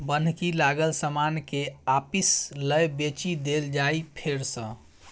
बन्हकी लागल समान केँ आपिस लए बेचि देल जाइ फेर सँ